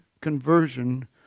conversion